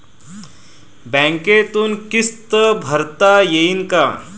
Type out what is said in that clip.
बँकेतून किस्त भरता येईन का?